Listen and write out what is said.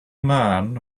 man